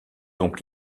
donc